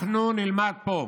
אנחנו נלמד פה,